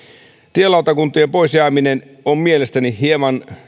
tielautakuntien poisjääminen on mielestäni hieman